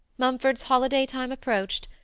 mumford's holiday time approached,